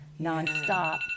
nonstop